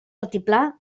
altiplà